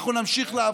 אנחנו נמשיך לעבוד.